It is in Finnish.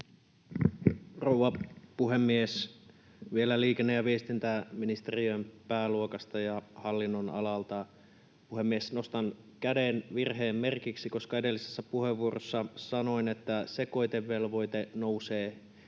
Rouva puhemies! Vielä liikenne- ja viestintäministeriön pääluokasta ja hallinnonalalta. Puhemies! Nostan käden virheen merkiksi, koska edellisessä puheenvuorossa sanoin, että sekoitevelvoite nousee